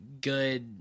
good